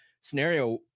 scenario